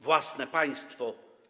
Własne państwo!